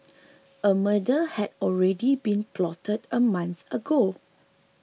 a murder had already been plotted a month ago